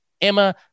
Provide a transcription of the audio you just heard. emma